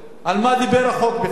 על מה דיבר החוק בכלל?